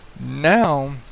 Now